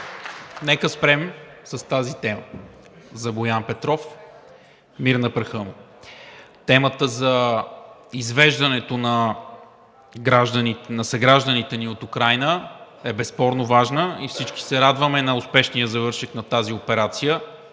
Нека да спрем с тази тема за Боян Петров, мир на праха му. Темата за извеждането на съгражданите ни от Украйна е безспорно важна и всички се радваме на успешния завършек на тази операция.